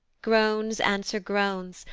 groans answer groans,